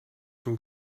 from